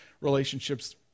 relationships